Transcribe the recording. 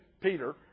Peter